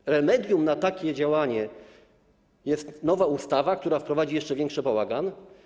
Czy remedium na takie działanie jest nowa ustawa, która wprowadzi jeszcze większy bałagan?